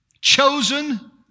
chosen